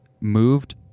moved